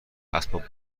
اسباب